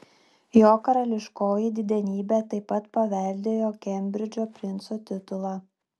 jo karališkoji didenybė taip pat paveldėjo kembridžo princo titulą